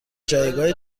جایگاه